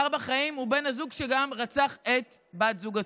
בחיים הוא בן הזוג שגם רצח את בת זוגו.